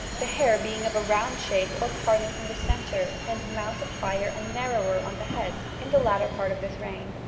the hair being of a round shape or parted from the centre and mounted higher and narrower on the head, in the latter part of this reign.